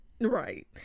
right